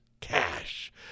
cash